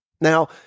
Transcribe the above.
Now